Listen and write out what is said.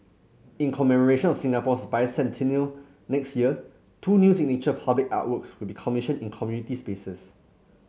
in commemoration of Singapore's Bicentennial next year two new signature public artworks will be commissioned in community spaces